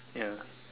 ya